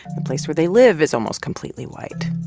the place where they live is almost completely white.